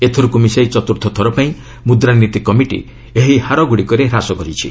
ଏଥରକୁ ମିଶାଇ ଚତୁର୍ଥଥର ପାଇଁ ମୁଦ୍ରାନୀତି କମିଟି ଏହି ହାରଗୁଡ଼ିକରେ ହ୍ରାସ କରିଛି